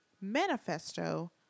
Manifesto